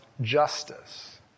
justice